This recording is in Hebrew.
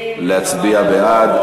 להצביע בעד.